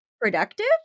productive